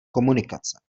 komunikace